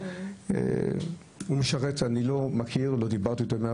אני לא מכיר, לא דיברתי איתו.